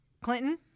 Clinton